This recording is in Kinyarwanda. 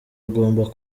ugomba